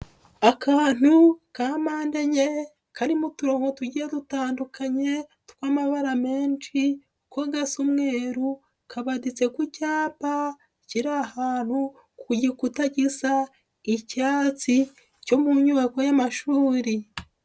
Akantu ka apande enye karimo uturoho tugiye dutandukanye, tw'amabara menshi kajya gasa umweru, kabaditse ku cyapa kiri ahantu ku gikuta gisa icyatsi cyo mu nyubako y'amashuri.